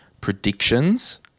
predictions